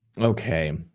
Okay